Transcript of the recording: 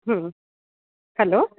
ହୁଁ ହେଲୋ